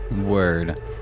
Word